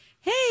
hey